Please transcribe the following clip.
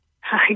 Hi